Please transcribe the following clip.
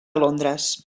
londres